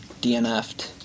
DNF'd